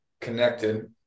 connected